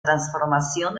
transformación